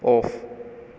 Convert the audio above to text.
off